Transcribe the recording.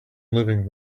living